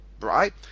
right